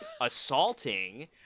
assaulting